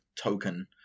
token